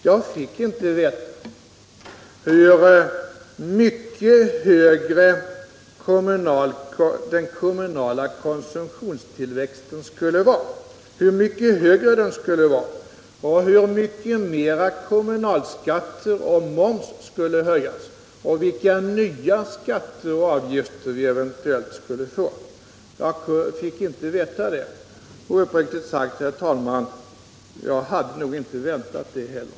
Jag fick inte veta hur mycket högre den Finansdebatt Finansdebatt kommunala konsumtionstillväxten skulle vara, hur mycket mera kommunalskatter och moms skulle höjas och vilka nya skatter och avgifter vi eventuellt skulle få. Jag fick inte veta det, och uppriktigt sagt. herr talman, hade jag nog inte väntat det heller.